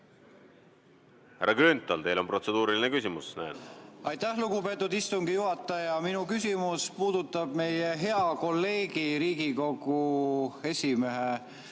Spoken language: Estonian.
ma näen, et teil on protseduuriline küsimus. Aitäh, lugupeetud istungi juhataja! Minu küsimus puudutab meie hea kolleegi, Riigikogu esimehe